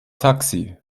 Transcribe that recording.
taxi